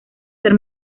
ser